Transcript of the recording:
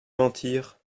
mentir